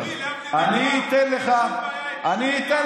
לי אין בעיה.